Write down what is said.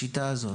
לשיטה הזאת?